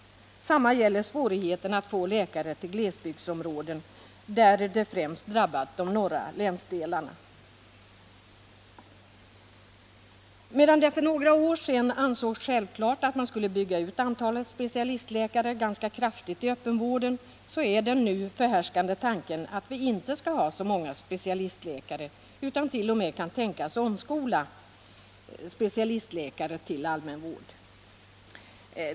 Ett annat exempel är svårigheten att få läkare till glesbygdsområden, vilket främst drabbat de norra länen. Medan det för några år sedan ansågs självklart att vi ganska kraftigt skulle bygga ut antalet specialistläkare i öppenvården, är den nu förhärskande tanken att vi inte skall ha så många specialistläkare. Man kan t.o.m. tänka sig att omskola specialistläkarna till läkare inom allmänvården.